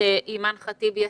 אימאן ח'טיב יאסין,